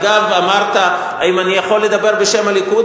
אגב, אמרת: האם אני יכול לדבר בשם הליכוד?